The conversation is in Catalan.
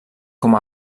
com